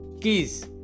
Keys